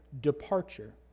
departure